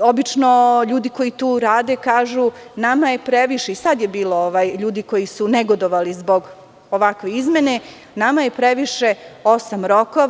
obično ljudi koji tu rade kažu - nama je previše, i sada je bilo ljudi koji su negodovali zbog ovakve izmene, nama je previše osam rokova.